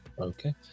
okay